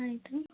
ಆಯಿತು